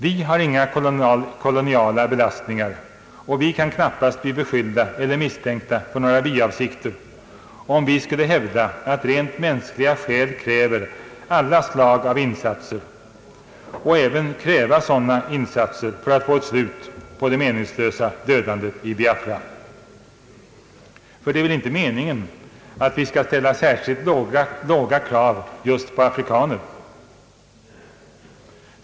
Vi har inga koloniala belastningar och kan knappast bli beskylida eller misstänkta för några biavsikter om vi skulle hävda att rent mänskliga skäl kräver alla slag av insatser och även kräva sådana för att få ett slut på det meningslösa dödandet i Biafra. För det är väl inte meningen att vi skall ställa särskilt låga krav just på afrikaner?